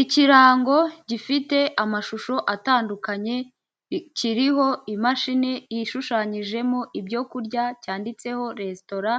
Ikirango gifite amashusho atandukanye, kiriho imashini ishushanyijemo ibyoku kurya, cyanditseho resitora,